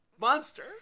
monster